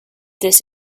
this